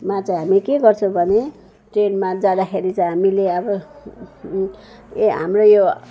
मा चाहिँ हामी के गर्छौँ भने ट्रेनमा जाँदाखेरि चाहिँ हामीले अब ए हाम्रो यो